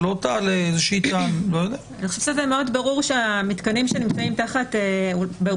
אני חושבת שמאוד ברור שהמתקנים שנמצאים באולם